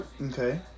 Okay